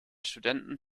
studenten